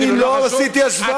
אני לא עשיתי השוואה.